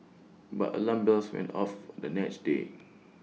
but alarm bells went off the next day